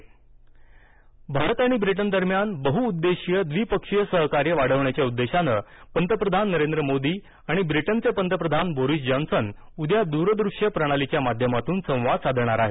भारत आणि ब्रिटेन भारत आणि ब्रिटेन दरम्यान बहुउद्देशीय द्विपक्षीय सहकार्य वाढविण्याच्या उद्देशानं पंतप्रधान नरेंद्र मोदी आणि ब्रिटनचे पंतप्रधान बोरीस जॉन्सन उद्या दूरदृष्य प्रणालीच्या माध्यमातून संवाद साधणार आहेत